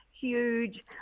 huge